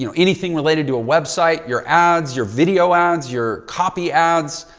you know anything related to a website, your ads, your video ads, your copy ads.